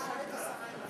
סעיפים 1